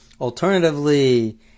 Alternatively